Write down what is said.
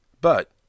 But